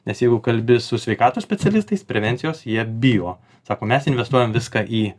nes jeigu kalbi su sveikatos specialistais prevencijos jie bijo sako mes investuojam viską į